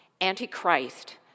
anti-Christ